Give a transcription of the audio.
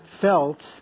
felt